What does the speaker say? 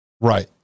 Right